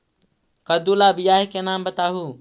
कददु ला बियाह के नाम बताहु?